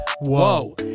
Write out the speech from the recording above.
Whoa